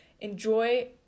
enjoy